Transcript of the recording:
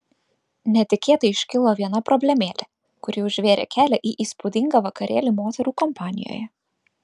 netikėtai iškilo viena problemėlė kuri užtvėrė kelią į įspūdingą vakarėlį moterų kompanijoje